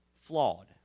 flawed